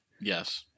Yes